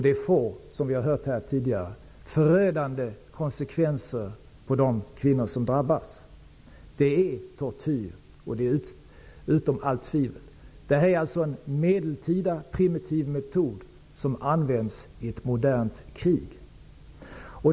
Det får, som vi har hört här tidigare, förödande konsekvenser för de kvinnor som drabbas. Det är tortyr. Det är ställt utom allt tvivel. Det är en medeltida, primitiv metod som används i ett modernt krig.